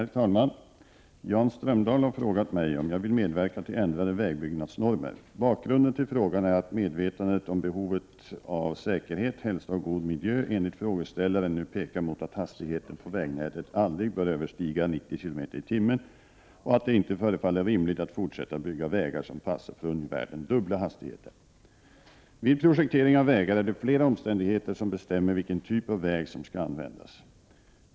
Herr talman! Jan Strömdahl har frågat mig om jag vill medverka till ändrade vägbyggnadsnormer. Bakgrunden till frågan är att medvetandet om behovet av säkerhet, hälsa och god miljö enligt frågeställaren nu pekar mot att hastigheten på vägnätet aldrig bör överstiga 90 km/tim. och att det inte förefaller rimligt att fortsätta bygga vägar som passar för ungefär den dubbla hastigheten. Vid projektering av vägar är det flera omständigheter som bestämmer vilken typ av väg som skall användas.